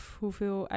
hoeveel